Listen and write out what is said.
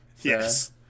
Yes